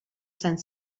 sant